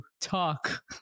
talk